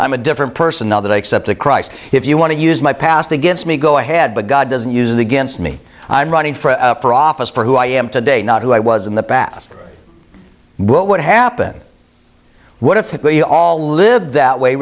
i'm a different person now that i accepted christ if you want to use my past against me go ahead but god doesn't use against me i'm running for office for who i am today not who i was in the past what would happen what if we all lived that way